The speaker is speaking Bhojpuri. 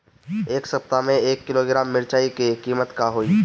एह सप्ताह मे एक किलोग्राम मिरचाई के किमत का होई?